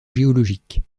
géologiques